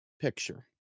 picture